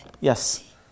Yes